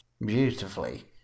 beautifully